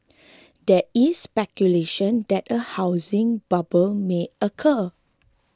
there is speculation that a housing bubble may occur